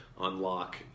Unlock